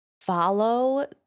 follow